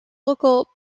local